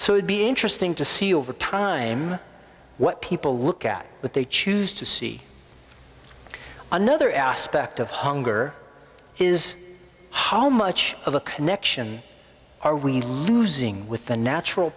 would be interesting to see over time what people look at what they choose to see another aspect of hunger is how much of a connection are we losing with the natural